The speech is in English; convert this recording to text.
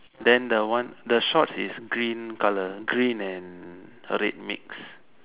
then the one the shorts is green color green and red mix